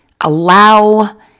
allow